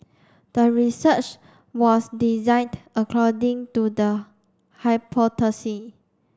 the research was designed according to the hypothesis